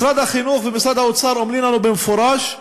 משרד החינוך ומשרד האוצר אומרים לנו במפורש: